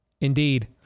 Indeed